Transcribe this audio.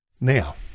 Now